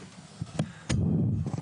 בבקשה.